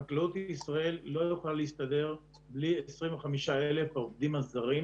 חקלאות ישראל לא יכולה להסתדר בלי 25,000 העובדים הזרים,